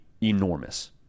enormous